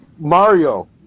Mario